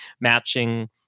matching